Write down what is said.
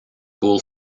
goal